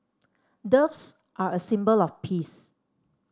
doves are a symbol of peace